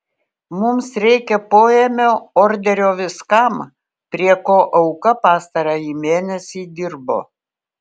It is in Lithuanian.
mums reikia poėmio orderio viskam prie ko auka pastarąjį mėnesį dirbo